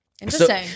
Interesting